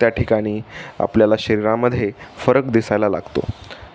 त्या ठिकाणी आपल्याला शरीरामध्ये फरक दिसायला लागतो